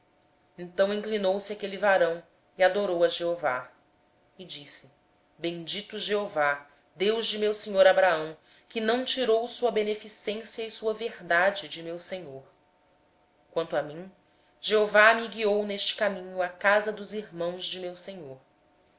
então inclinou-se o homem e adorou ao senhor e disse bendito seja o senhor deus de meu senhor abraão que não retirou do meu senhor a sua benevolência e a sua verdade quanto a mim o senhor me guiou no caminho à casa dos irmãos de meu senhor